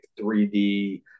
3D